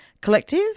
Collective